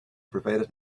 provided